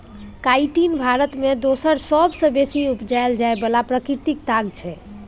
chitin Bharat मे दोसर सबसँ बेसी उपजाएल जाइ बला प्राकृतिक ताग छै